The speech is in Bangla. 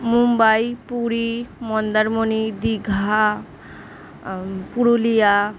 মুম্বাই পুরী মন্দারমণি দীঘা পুরুলিয়া